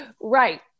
Right